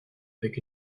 avec